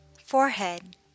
forehead